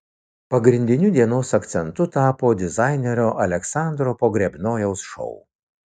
pagrindiniu dienos akcentu tapo dizainerio aleksandro pogrebnojaus šou